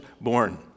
born